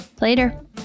Later